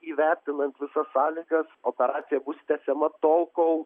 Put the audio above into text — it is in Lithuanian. įvertinant visas sąlygas operacija bus tęsiama tol kol